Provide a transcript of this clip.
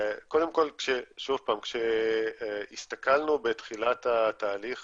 קודם כול, שוב פעם, כשהסתכלנו בתחילת התהליך